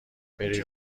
بری